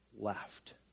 left